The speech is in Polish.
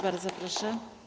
Bardzo proszę.